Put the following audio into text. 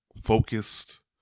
focused